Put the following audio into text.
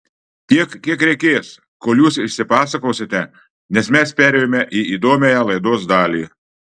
tiek kiek reikės kol jūs išsipasakosite nes mes perėjome į įdomiąją laidos dalį